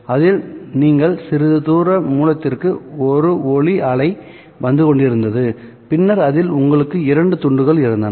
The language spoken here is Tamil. அதில் நீங்கள் சிறிது தூர மூலத்திலிருந்து ஒரு ஒளி அலை வந்து கொண்டிருந்தது பின்னர் அதில் உங்களுக்கு இரண்டு துண்டுகள் இருந்தன